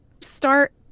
start